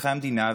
אזרחי המדינה,